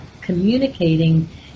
communicating